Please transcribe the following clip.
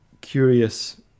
curious